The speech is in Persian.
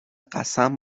قسم